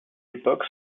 époque